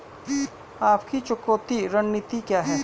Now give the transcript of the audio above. आपकी चुकौती रणनीति क्या है?